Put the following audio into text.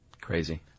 Crazy